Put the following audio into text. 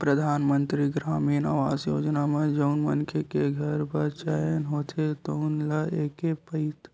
परधानमंतरी गरामीन आवास योजना म जउन मनखे के घर बर चयन होथे तउन ल एके पइत